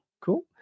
Cool